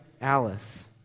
Alice